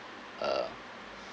uh